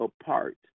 apart